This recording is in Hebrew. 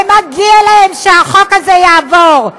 ומגיע להם שהחוק הזה יעבור.